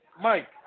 Mike